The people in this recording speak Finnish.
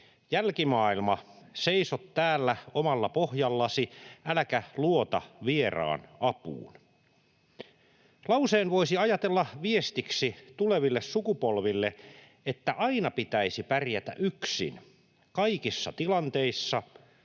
”Jälkimaailma, seiso täällä omalla pohjallasi äläkä luota vieraan apuun.” Lauseen voisi ajatella viestiksi tuleville sukupolville, että aina pitäisi pärjätä yksin kaikissa tilanteissa: